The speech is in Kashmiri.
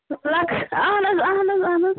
اَہَن حظ اَہَن حظ اَہَن حظ